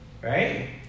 Right